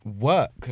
work